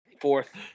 Fourth